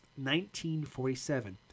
1947